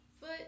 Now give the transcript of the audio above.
foot